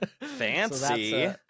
fancy